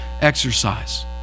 exercise